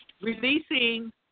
releasing